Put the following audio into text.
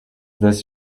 this